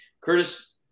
Curtis